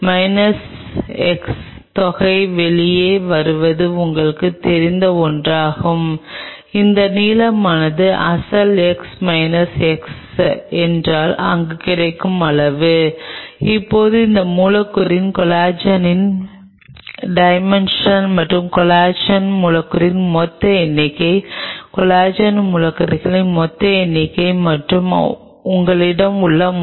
கீழே விழுந்துவிடுவது உங்களுக்குத் தெரிந்திருக்கும் ஆனால் இன்னும் அதிகமாகவோ அல்லது குறைவாகவோ இருக்கும் செல்களை நீங்கள் காண்பீர்கள் அந்த மேற்பரப்பில் ஏறக்குறைய ஒட்டிக்கொண்டிருப்பதைப் போலவும் இந்த கட்டத்தில் இது மிகவும் சுவாரஸ்யமானது